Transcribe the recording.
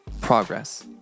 progress